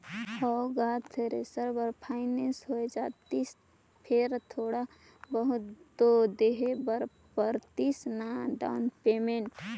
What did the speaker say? हव गा थेरेसर बर फाइनेंस होए जातिस फेर थोड़ा बहुत तो देहे बर परतिस ना डाउन पेमेंट